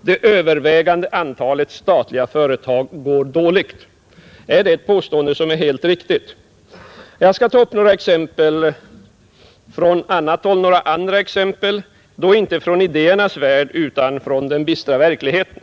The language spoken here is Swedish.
det övervägande antalet statliga företag går dåligt. Är detta ett påstående som är helt riktigt? Jag skall ta upp några andra exempel, men då inte från idéernas värld, utan från den bistra verkligheten.